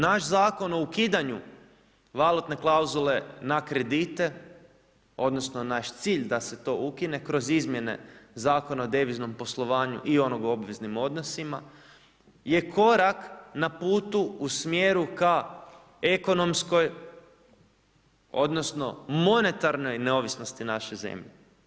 Naš Zakon o ukidanju valutne klauzule na kredite, odnosno naš cilj da se to ukine kroz izmjene Zakona o deviznom poslovanju i onog o obveznim odnosima je korak na putu u smjeru ka ekonomskoj, odnosno monetarnoj neovisnosti naše zemlje.